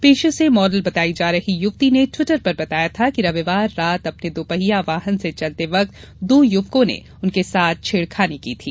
पेशे से मॉडल बताई जा रही युवती ने ट्विटर पर बताया था कि रविवार रात अपने दुपहिया वाहन से चलते वक्त दो युवकों युवकों ने उनसे छेड़खानी की थी